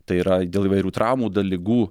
tai yra dėl įvairių traumų ligų